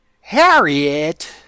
Harriet